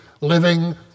living